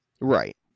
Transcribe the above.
Right